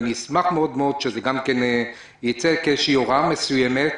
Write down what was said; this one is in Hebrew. ואני אשמח מאוד שזה ייצא כהוראה מסוימת,